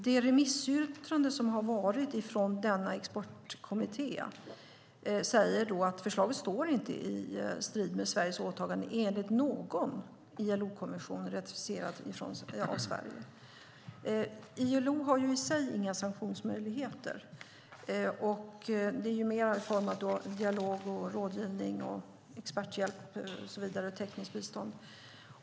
I remissyttrandet från denna expertkommitté står det att förslaget inte står i strid med Sveriges åtagande enligt någon ILO-konvention ratificerad av Sverige. ILO har i sig inga sanktionsmöjligheter. Det handlar mer om dialog, rådgivning, experthjälp och tekniskt bistånd.